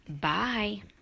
Bye